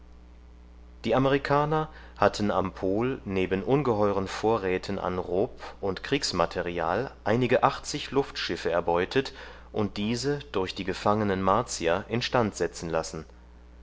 die amerikaner hatten am pol neben ungeheuren vorräten an rob und kriegsmaterial einige achtzig luftschiffe erbeutet und diese durch die gefangenen martier instand setzen lassen